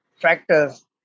factors